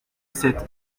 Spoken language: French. sept